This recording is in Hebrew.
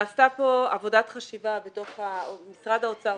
נעשתה כאן עבודת חשיבה בתוך משרד האוצר.